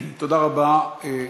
תודה רבה.